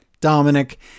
Dominic